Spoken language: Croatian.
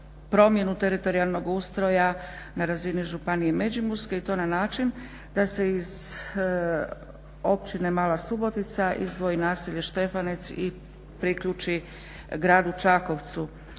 promjenu teritorijalnog ustroja na razini županije Međimurske i to na način da se iz Općine Mala subotica izdvoji naselje Štefanec i priključi Gradu Čakovcu.